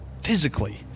physically